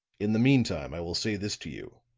in the meantime i will say this to you